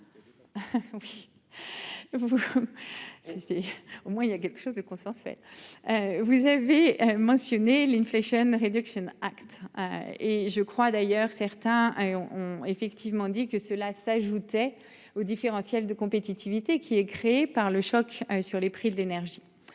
au moins il y a quelque chose de consensuel. Vous avez mentionné l'une. Réduction Act. Et je crois d'ailleurs certains et on on effectivement dit que cela s'ajoutait au différentiel de compétitivité qui est créée par le choc sur les prix de l'énergie.